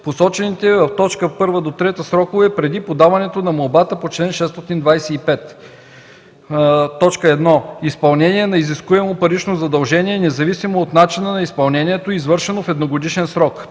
посочените в т. 1-3 срокове преди подаване на молбата по чл. 625: 1. изпълнение на неизискуемо парично задължение, независимо от начина на изпълнението, извършено в едногодишен срок;